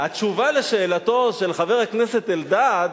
התשובה על שאלתו של חבר הכנסת אלדד